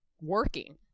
working